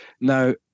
Now